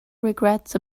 regrets